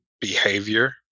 behavior